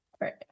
right